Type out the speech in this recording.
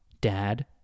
dad